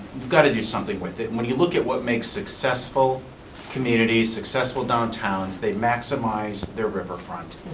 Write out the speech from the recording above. got to do something with it. when you look at what makes successful community, successful downtowns, they maximize their riverfront,